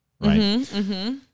right